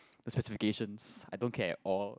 the specifications I don't care at all